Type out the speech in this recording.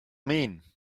mean